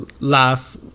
laugh